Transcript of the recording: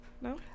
no